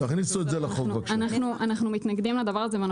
אנחנו מתנגדים לדבר הזה.